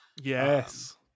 yes